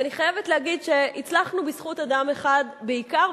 ואני חייבת להגיד שהצלחנו בזכות אדם אחד בעיקר,